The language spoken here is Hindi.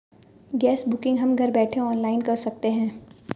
गैस बुकिंग हम घर बैठे ऑनलाइन कर सकते है